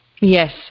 Yes